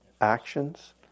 actions